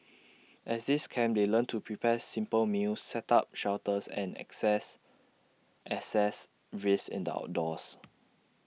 at these camps they learn to prepare simple meals set up shelters and access assess risks in the outdoors